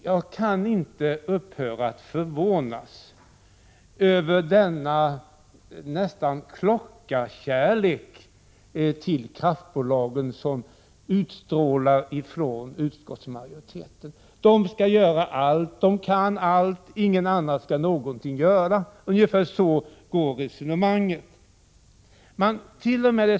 Jag kan inte upphöra att förvånas över att utskottsmajoriteten utstrålar något av en klockarkärlek till kraftbolagen. Man menar att kraftbolagen kan allt, att de skall göra allt och att ingen annan skall göra någonting — ungefär så går resonemangen. Man ärt.o.m.